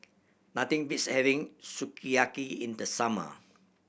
nothing beats having Sukiyaki in the summer